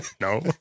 No